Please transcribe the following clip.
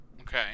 Okay